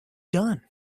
done